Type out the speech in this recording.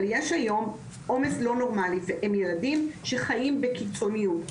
אבל יש היום עומס לא נורמלי והם ילדים שחיים בקיצוניות,